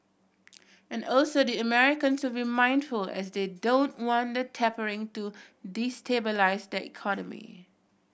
and also the Americans will mindful as they don't want the tapering to destabilise their economy